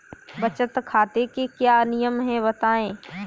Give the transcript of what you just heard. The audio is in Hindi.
बचत खाते के क्या नियम हैं बताएँ?